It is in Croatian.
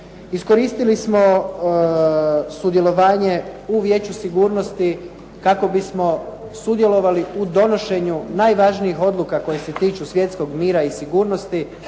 Iskoristili smo sudjelovanje u Vijeću sigurnosti kako bismo sudjelovali u donošenju najvažnijih odluka koje se tiču svjetskog mira i sigurnosti.